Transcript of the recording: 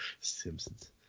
Simpsons